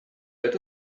это